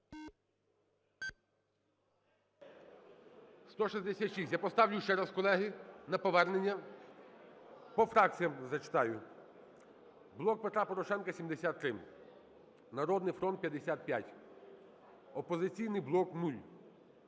За-166 Я поставлю ще раз, колеги, на повернення. По фракціях зачитаю. "Блок Петра Порошенка" – 73, "Народний фронт" – 55, "Опозиційний блок" –